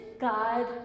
God